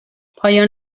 پایان